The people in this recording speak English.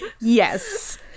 Yes